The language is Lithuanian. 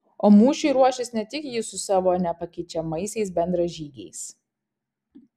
o mūšiui ruošis ne tik jis su savo nepakeičiamaisiais bendražygiais